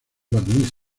barniz